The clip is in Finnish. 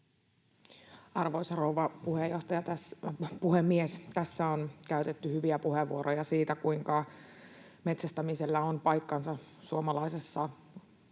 Arvoisa rouva puhemies! Tässä on käytetty hyviä puheenvuoroja siitä, kuinka metsästämisellä on paikkansa suomalaisessa perinteessä